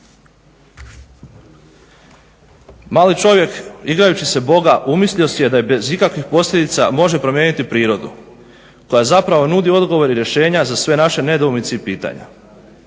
Mali čovjek igrajući se boga umislio si je da bez ikakvih posljedica može promijeniti prirodu koja zapravo nudi odgovore i rješenja za sve naše nedoumice i pitanja.